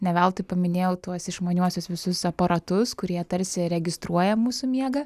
ne veltui paminėjau tuos išmaniuosius visus aparatus kurie tarsi registruoja mūsų miegą